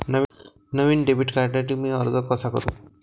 नवीन debit कार्डसाठी मी अर्ज कसा करू?